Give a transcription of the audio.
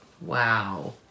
Wow